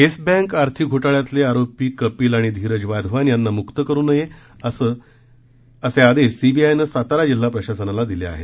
yes bank आर्थिक घोटाळ्यातले आरोपी कपिल आणि धीरज वाधवान यांना म्क्त करू नये असे सीबीआयनं सातारा जिल्हा प्रशासनाला दिले आहेत